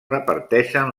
reparteixen